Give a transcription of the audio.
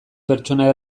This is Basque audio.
pertsona